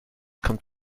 kommt